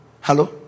Hello